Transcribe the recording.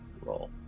roll